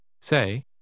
Say